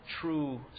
true